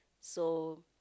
so